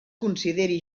consideri